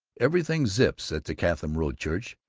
everything zips at the chatham road church.